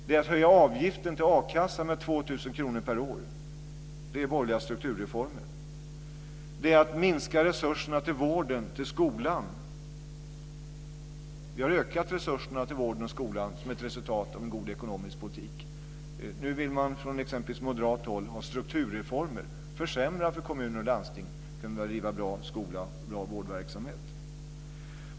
Det är att höja avgiften till a-kassan med 2 000 kr per år. Det är borgerliga strukturreformer. Det är att minska resurserna till vården och skolan. Vi har ökat resurserna till vården och skolan som ett resultat av en god ekonomisk politik. Nu vill t.ex. Moderaterna ha strukturreformer och försämra för kommuner och landsting att kunna bedriva bra skola och bra vårdverksamhet.